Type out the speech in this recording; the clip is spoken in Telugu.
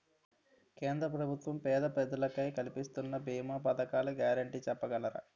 కేంద్ర ప్రభుత్వం పేద ప్రజలకై కలిపిస్తున్న భీమా పథకాల గ్యారంటీ చెప్పగలరా?